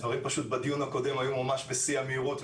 הדברים בדיון הקודם היו פשוט בשיא המהירות,